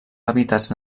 hàbitats